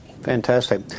Fantastic